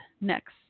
next